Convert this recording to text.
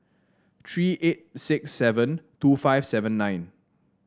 three eight six seven two five seven nine